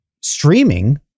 streaming